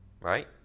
right